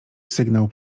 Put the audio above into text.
sygnał